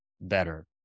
better